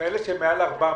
אלה שהם מעל 400,